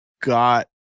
got